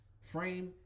Frame